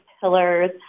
pillars